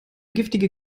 giftige